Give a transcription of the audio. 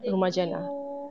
rumah jannah